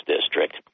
district